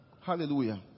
Hallelujah